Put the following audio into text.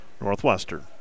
Northwestern